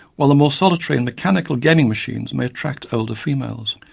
while the more solitary and mechanical gaming machines may attract older females.